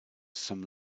some